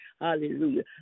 hallelujah